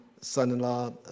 son-in-law